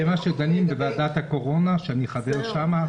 זה מה שדנים בוועדת הקורונה, שאני חבר שם?